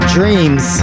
Dreams